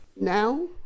now